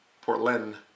Portland